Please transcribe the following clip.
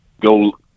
go